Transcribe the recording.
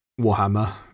Warhammer